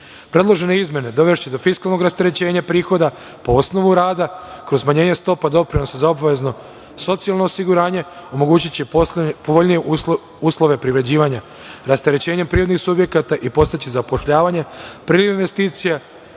Predložene izmene dovešće do fiskalnog rasterećenja prihoda po osnovu rada, kroz smanjenja stopa doprinosa za obavezno socijalno osiguranje, omogućiće povoljnije uslove privređivanja rasterećenjem privrednih subjekata i postaćiće zapošljavanje, prvih investicija